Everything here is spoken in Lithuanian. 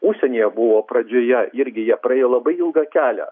užsienyje buvo pradžioje irgi jie praėjo labai ilgą kelią